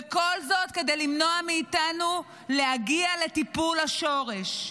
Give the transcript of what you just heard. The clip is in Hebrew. וכל זאת כדי למנוע מאיתנו להגיע לטיפול השורש.